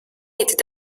était